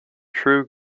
true